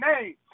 name